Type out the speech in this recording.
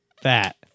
Fat